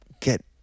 get